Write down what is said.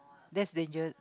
that's dangerous